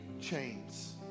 chains